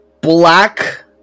black